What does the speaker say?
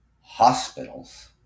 hospitals